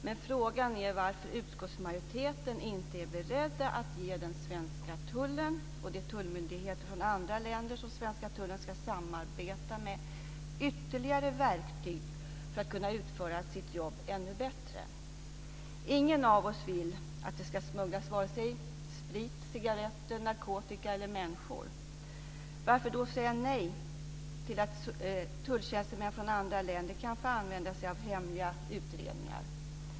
Men frågan är varför utskottsmajoriteten inte är bredd att ge den svenska tullen och de tullmyndigheter från andra länder som den svenska tullen ska samarbeta med ytterligare verktyg för att kunna utföra sitt jobb ännu bättre. Ingen av oss vill att det ska smugglas vare sig sprit, cigaretter, narkotika eller människor. Varför då säga nej till att tulltjänstemän från andra länder kan få använda sig av hemliga utredningar?